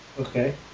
Okay